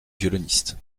violoniste